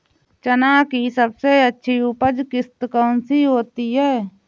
चना की सबसे अच्छी उपज किश्त कौन सी होती है?